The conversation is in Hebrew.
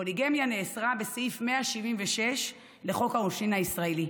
הפוליגמיה נאסרה בסעיף 176 לחוק העונשין הישראלי.